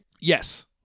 Yes